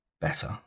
better